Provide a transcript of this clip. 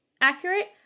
accurate